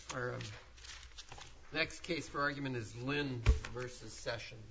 or next case for argument is lynn versus session